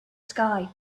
sky